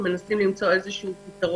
מנסים למצוא פתרון